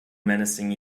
menacing